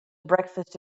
breakfast